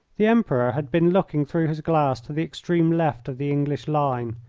the emperor had been looking through his glass to the extreme left of the english line,